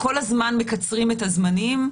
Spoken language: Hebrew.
כל הזמן מקצרים את הזמנים.